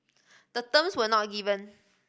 the terms were not given